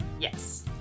Yes